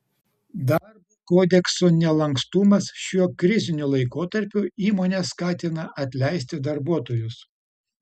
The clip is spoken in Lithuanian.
darbo kodekso nelankstumas šiuo kriziniu laikotarpiu įmones skatina atleisti darbuotojus